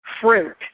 fruit